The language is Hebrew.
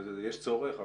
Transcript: יש צורך,